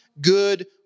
good